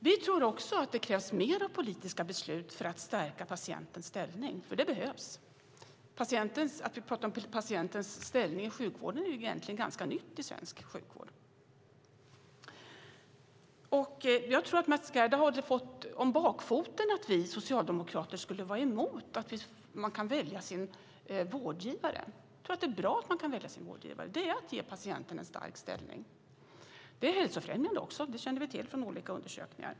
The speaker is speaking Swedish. Vi tror också att det krävs mer politiska beslut för att stärka patientens ställning, för det behövs. Att vi pratar om patientens ställning i sjukvården är egentligen ganska nytt i svensk sjukvård. Jag tror att Mats Gerdau har fått om bakfoten att vi socialdemokrater skulle vara emot att man kan välja sin vårdgivare. Jag tror att det är bra att man kan välja sin vårdgivare. Det är att ge patienten en stark ställning. Det är också hälsofrämjande - det känner vi till från olika undersökningar.